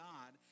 God